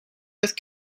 with